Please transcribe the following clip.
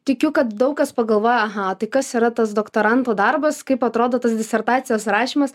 tikiu kad daug kas pagalvoja aha tai kas yra tas doktoranto darbas kaip atrodo tas disertacijos rašymas